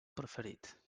preferit